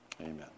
amen